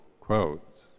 quotes